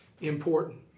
important